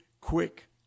quick